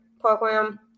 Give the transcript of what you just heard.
program